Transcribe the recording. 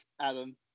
Adam